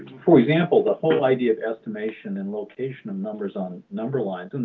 for example, the whole idea of estimation and location of numbers on number lines? and